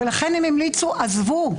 לכן הם המליצו, עזבו.